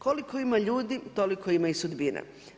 Koliko ima ljudi toliko ima i sudbina.